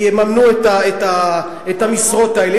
יממנו את המשרות האלה.